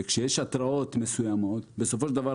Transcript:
וכשיש התראות מסוימות בסופו של דבר,